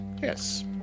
yes